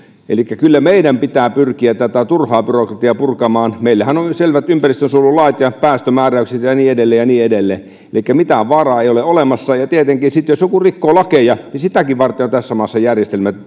elikkä kyllä meidän pitää pyrkiä tätä turhaa byrokratiaa purkamaan meillähän on selvät ympäristönsuojelulait ja päästömääräykset ja niin edelleen ja niin edelleen elikkä mitään vaaraa ei ole olemassa ja tietenkin sitten jos joku rikkoo lakeja sitäkin varten on tässä maassa järjestelmät